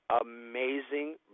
amazing